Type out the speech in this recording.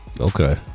okay